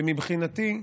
ומבחינתי,